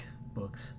books